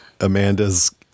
Amanda's